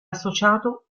associato